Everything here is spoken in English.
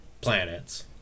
planets